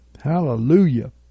Hallelujah